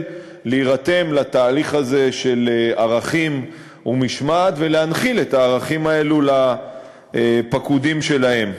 להירתם לתהליך הזה של ערכים ומשמעת ולהנחיל את הערכים האלה לפקודים שלהם.